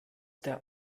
der